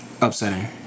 upsetting